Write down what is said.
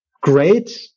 great